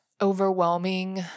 overwhelming